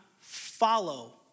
follow